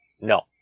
No